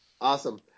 Awesome